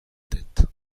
tête